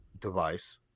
device